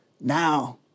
Now